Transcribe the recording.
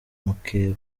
mukeba